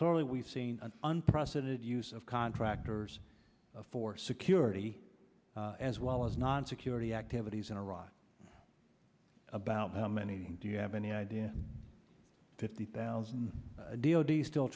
clearly we've seen an unprecedented use of contractors for security as well as non security activities in iraq about how many do you have any idea fifty thousand d o d still